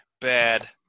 Bad